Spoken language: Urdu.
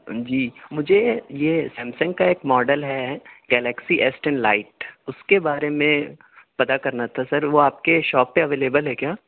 جی مجھے یہ سیمسنگ کا ایک ماڈل ہے گیلیکسی ایس ٹین لائٹ اس کے بارے میں پتا کرنا تھا سر وہ آپ کے شاپ پہ اویلیبل ہے کیا